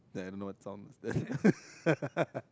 that I don't know what song is that